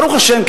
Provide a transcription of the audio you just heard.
ברוך השם,